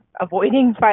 avoiding